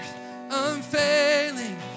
unfailing